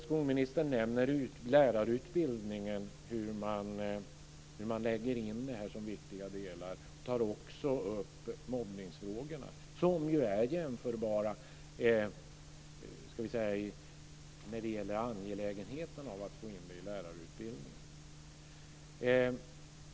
Skolministern nämner lärarutbildningen, hur man lägger in det här som viktiga delar, och tar också upp mobbningsfrågorna, som ju är jämförbara när det gäller angelägenheten av att man får in dem i lärarutbildningen.